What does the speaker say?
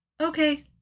okay